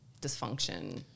dysfunction